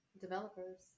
Developers